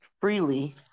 freely